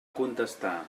contestar